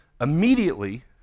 Immediately